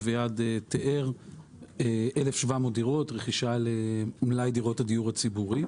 אביעד תיאר רכישה של 1,700 דירות למלאי דירות הדיור הציבורי.